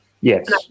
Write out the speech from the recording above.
Yes